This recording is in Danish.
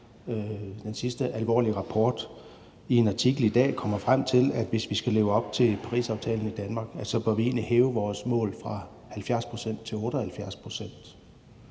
den sidste alvorlige rapport, i en artikel i dag kommer frem til, at hvis vi i Danmark skal leve op til Parisaftalen, bør vi egentlig hæve vores mål fra 70 pct. til 78